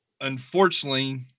Unfortunately